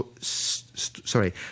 Sorry